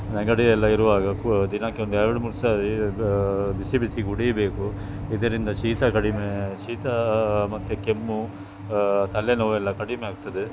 ನೆಗಡಿಯೆಲ್ಲ ಇರುವಾಗ ಕು ದಿನಕ್ಕೊಂದು ಎರಡು ಮೂರು ಸಾರಿ ಬ ಬಿಸಿ ಬಿಸಿ ಕುಡಿಯಬೇಕು ಇದರಿಂದ ಶೀತ ಕಡಿಮೆಯಾಗಿ ಶೀತ ಮತ್ತು ಕೆಮ್ಮು ತಲೆನೋವೆಲ್ಲ ಕಡಿಮೆಯಾಗ್ತದೆ